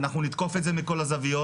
ואנחנו נתקוף את זה מכל הזוויות,